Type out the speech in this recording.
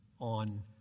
on